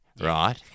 right